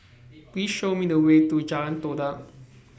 Please Show Me The Way to Jalan Todak